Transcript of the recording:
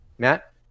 Matt